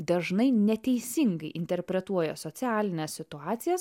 dažnai neteisingai interpretuoja socialines situacijas